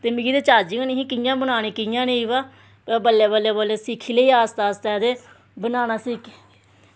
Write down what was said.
ते मिगी ते चज्ज बी निं ही की कियां बनानी ते कियां नेईं बाऽ ते बल्लें बल्लें ते सिक्खी लेई आस्तै बाऽ बनाना सिक्खी